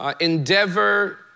endeavor